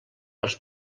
els